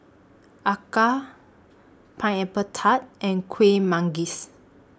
Acar Pineapple Tart and Kuih Manggis